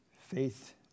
Faith